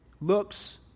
Looks